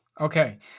Okay